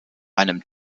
einem